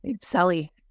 Sally